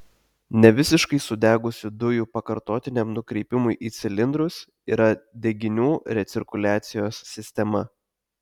nevisiškai sudegusių dujų pakartotiniam nukreipimui į cilindrus yra deginių recirkuliacijos sistema